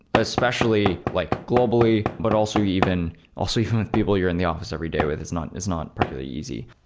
especially like globally, but also even also even with people you're in the office every day with, it's not it's not particularly easy.